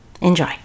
Enjoy